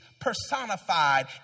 personified